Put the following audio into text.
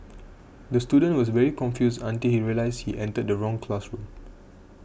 the student was very confused until he realised he entered the wrong classroom